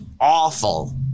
awful